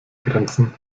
grenzen